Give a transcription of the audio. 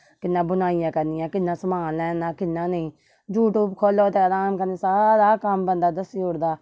कियां बुनाइयां करनियां कियां समान लेना कियां नेई यूट्यूब खोलो ते आराम कन्ने सारा कम्म बंदा दस्सी ओड़दा